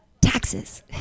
Taxes